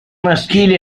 maschili